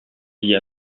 vit